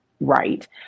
right